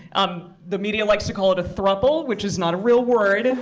um the media likes to call it a thruple, which is not a real word. and